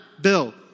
Bill